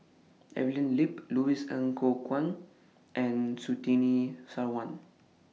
Evelyn Lip Louis Ng Kok Kwang and Surtini Sarwan